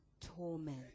torment